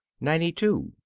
ninety two.